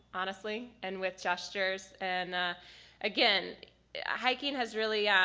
honestly and with gestures. and again hiking has really